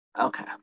okay